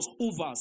Overs